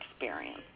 experience